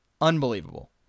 unbelievable